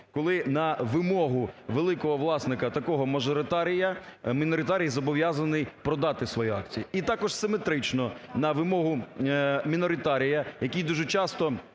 коли на вимогу великого власника такого мажоритарія міноритарій зобов'язаний продати свої акції. І також симетрично. На вимогу міноритарія, який дуже часто